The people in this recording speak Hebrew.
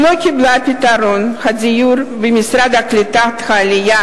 שלא קיבלה פתרון דיור מהמשרד לקליטת העלייה